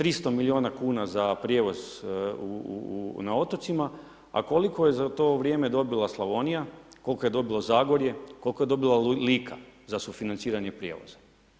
300 miliona kuna za prijevoz na otocima, a koliko je za to vrijeme dobila Slavonija, koliko je dobilo Zagorje, koliko je dobila Lika za sufinanciranje prijevoza?